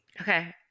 Okay